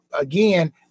again